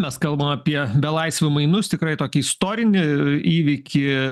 mes kalbam apie belaisvių mainus tikrai tokį istorinį įvykį